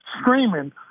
screaming